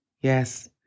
Yes